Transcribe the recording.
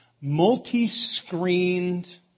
multi-screened